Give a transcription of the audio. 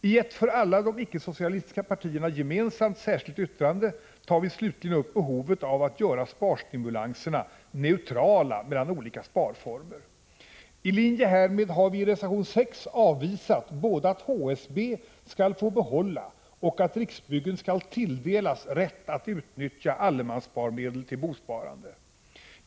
I ett för alla de icke-socialistiska partierna gemensamt särskilt yttrande tar vi slutligen upp behovet av att göra sparstimulanserna neutrala med avseende på olika sparformer. I linje härmed har vi i reservation 6 avvisat både att HSB skall få behålla och att Riksbyggen skall tilldelas rätt att utnyttja allemans sparmedel till bosparande.